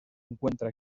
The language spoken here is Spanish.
encuentra